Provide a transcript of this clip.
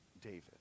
David